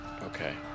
okay